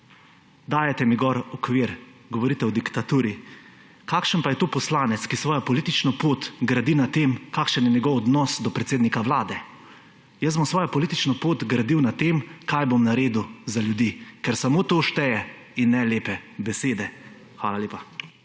dajete mi gor okvir. Govorite o diktaturi. Kakšen pa je to poslanec, ki svojo politično pot gradi na tem, kakšen je njegov odnos do predsednika Vlade?! Jaz bom svojo politično pot gradil na tem, kaj bom naredil za ljudi, ker smo to šteje in ne lepe besede. Hvala lepa.